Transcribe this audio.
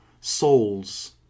souls